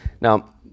now